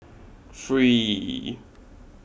three